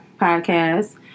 Podcast